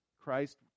Christ